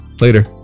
Later